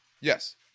Yes